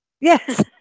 Yes